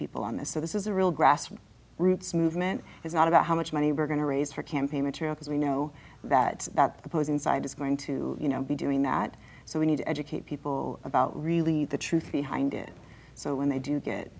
people on this so this is a real grass roots movement is not about how much money we're going to raise her campaign materials we know that that the posing side is going to be doing that so we need to educate people about really the truth behind it so when they do get